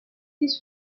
his